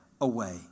away